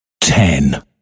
ten